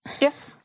Yes